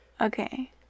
Okay